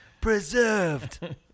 preserved